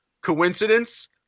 Coincidence